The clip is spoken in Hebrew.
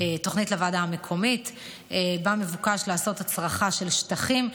תוכנית לוועדה המקומית שבה מבוקש לעשות הצרחה של שטחים,